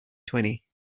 twenty